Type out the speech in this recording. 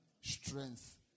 strength